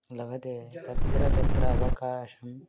लभते तत्र तत्र अवकाशं